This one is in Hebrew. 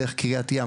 דרך קריית ים,